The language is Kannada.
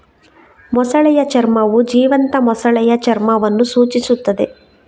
ಮೊಸಳೆಯ ಚರ್ಮವು ಜೀವಂತ ಮೊಸಳೆಯ ಚರ್ಮವನ್ನು ಸೂಚಿಸುತ್ತದೆ